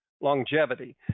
longevity